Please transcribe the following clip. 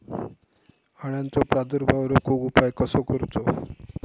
अळ्यांचो प्रादुर्भाव रोखुक उपाय कसो करूचो?